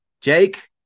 jake